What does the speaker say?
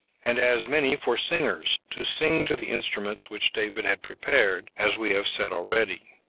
and as many for singers, to sing to the instruments which david had prepared, as we have said already.